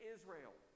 Israel